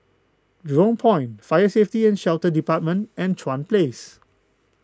Jurong Point Fire Safety and Shelter Department and Chuan Place